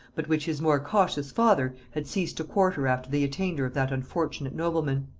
but which his more cautious father had ceased to quarter after the attainder of that unfortunate nobleman.